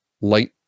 Light